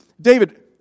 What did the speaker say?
David